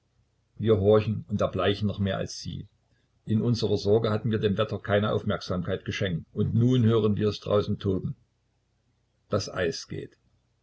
wir horchen und erbleichen noch mehr als sie in unserer sorge hatten wir dem wetter keine aufmerksamkeit geschenkt und nun hören wir es draußen toben das eis geht